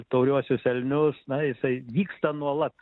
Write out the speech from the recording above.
tauriuosius elnius na jisai vyksta nuolat